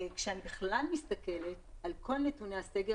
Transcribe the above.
כשאני בכלל מסתכלת על כל נתוני הסגר